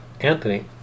Anthony